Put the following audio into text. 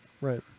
Right